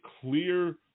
clear